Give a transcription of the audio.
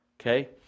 okay